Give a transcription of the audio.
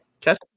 Catch